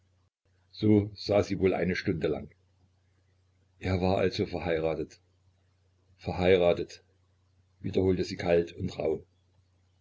so saß sie wohl eine stunde lang er war also verheiratet verheiratet wiederholte sie kalt und rauh